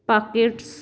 pockets